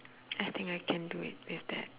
I think I can do with with that